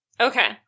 okay